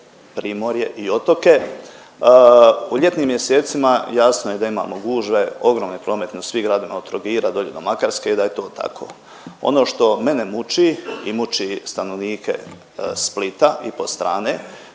Primorje i otoke u ljetnim mjesecima jasno je da imamo gužve ogroman promet u svim gradovima od Trogira dolje do Makarske i da je to tako, ono što mene muči i muči stanovnike Splita i Podstrane